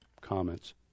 comments